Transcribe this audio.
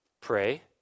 Pray